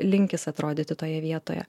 linkis atrodyti toje vietoje